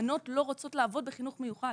בנות לא רוצות לעבוד בחינוך מיוחד.